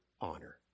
honor